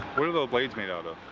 what are those blades made out of?